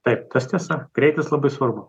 taip tas tiesa greitis labai svarbu